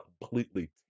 completely